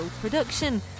production